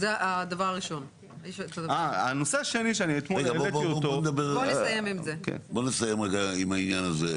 בוא נסיים רגע עם העניין הזה,